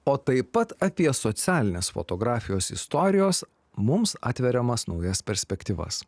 o taip pat apie socialinės fotografijos istorijos mums atveriamas naujas perspektyvas